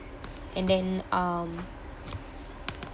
and then um